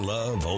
Love